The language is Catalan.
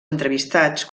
entrevistats